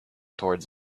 towards